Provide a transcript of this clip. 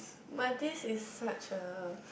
but this is such a